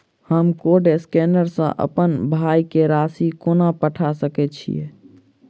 हम code scanner सँ अप्पन भाय केँ राशि कोना पठा सकैत छियैन?